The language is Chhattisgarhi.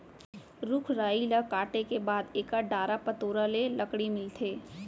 रूख राई ल काटे के बाद एकर डारा पतोरा ले लकड़ी मिलथे